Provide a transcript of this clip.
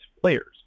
players